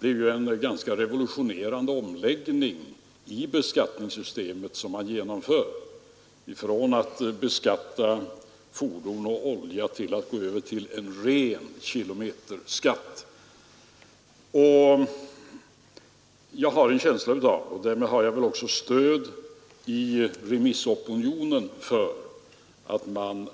Det är ju en ganska revolutionerande omläggning i beskattningssystemet som man genomför när man går över från att beskatta fordon och olja till en ren kilometerskatt. Jag har en känsla, som väl också har stöd i remissopinionen, att man